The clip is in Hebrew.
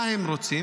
מה הם רוצים?